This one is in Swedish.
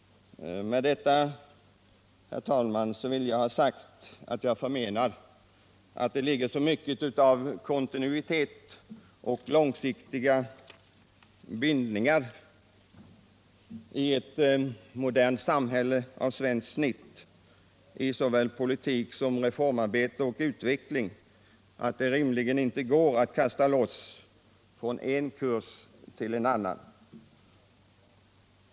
Med detta, herr talman, vill jag ha sagt att jag förmenar att det ligger så mycket av kontinuitet och långsiktiga bindningar i ett modernt samhälle av svenskt snitt i såväl politik som reformarbete och utveckling att det inte rimligen går att snabbt lägga om från en kurs till en annan.